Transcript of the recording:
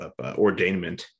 ordainment